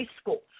school